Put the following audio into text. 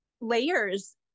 Layers